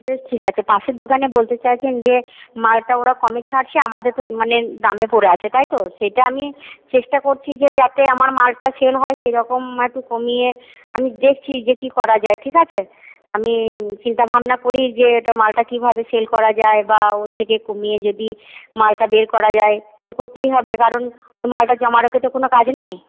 বেশ ঠিক আছে পাশের দোকানে বলতে চাইছেন যে মালটা ওরা কমে ছাড়ছে আমাদেরটা মানে দামে পড়ে আছে তাই তো সেটা আমি চেষ্টা করছি যে যাতে আমার মালটা সেল হয় সেরকম একটু কমিয়ে আমি দেখছি যে কি করা যায় ঠিক আছে আমি চিন্তাভাবনা করি যে ওটা মালটা কিভাবে সেল করা যায় বা ওর থেকে কমিয়ে যদি মালটা বের করা যায় করতেই হবে কারণ ও মালটা জমা রেখে তো কোন কাজ নেই